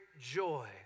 joy